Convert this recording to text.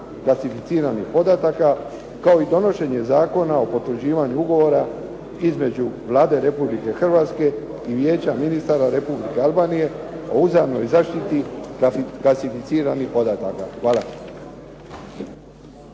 klasificiranih podataka kao i donošenje Zakona o potvrđivanju Ugovora između Vlade Republike Hrvatske i Vijeća ministara Republike Albanije o uzajamnoj zaštiti klasificiranih podataka. Hvala.